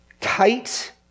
tight